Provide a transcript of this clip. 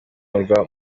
murwa